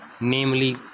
namely